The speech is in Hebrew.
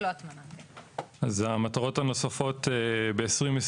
אז המטרות הנוספות, ב-2020,